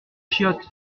chiottes